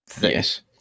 Yes